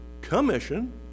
commission